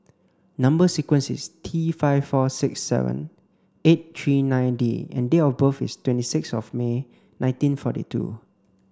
number sequence is T five four six seven eight three nine D and date of birth is twenty six of May nineteen forty two